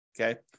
Okay